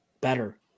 better